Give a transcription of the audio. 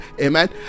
amen